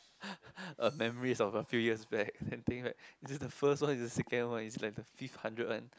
a memories of a few years back anything like is it the first one is the second one is like the fifth hundred one